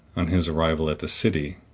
on his arrival at the city,